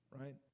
right